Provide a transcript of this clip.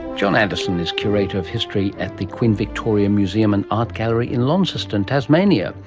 jon addison is curator of history at the queen victoria museum and art gallery in launceston, tasmania.